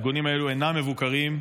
הארגונים האלה אינם מבוקרים.